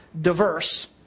diverse